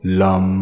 lum